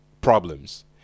problems